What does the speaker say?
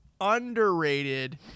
underrated